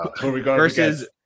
versus